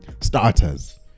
starters